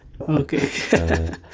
Okay